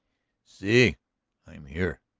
si i am here,